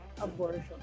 abortion